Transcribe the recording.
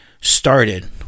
Started